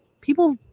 people